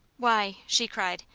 why! she cried,